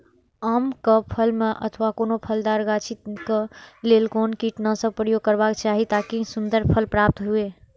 आम क फल में अथवा कोनो फलदार गाछि क लेल कोन कीटनाशक प्रयोग करबाक चाही ताकि सुन्दर फल प्राप्त हुऐ?